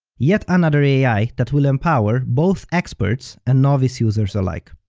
yet another ai that will empower both experts and novice users alike.